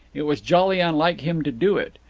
it was jolly unlike him to do it.